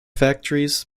factories